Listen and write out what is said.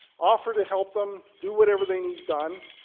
offer to help them, do whatever they need done,